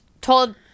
told